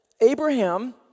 Abraham